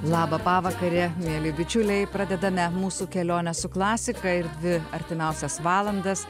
labą pavakarę mieli bičiuliai pradedame mūsų kelionę su klasika ir dvi artimiausias valandas